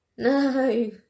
No